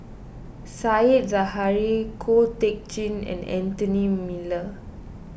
Said Zahari Ko Teck Kin and Anthony Miller